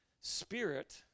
spirit